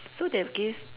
so they have to give